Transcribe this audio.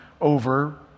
over